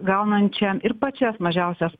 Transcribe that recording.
gaunančiam ir pačias mažiausias